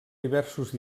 diversos